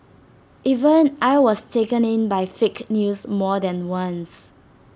even I was taken in by fake news more than once